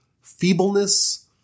feebleness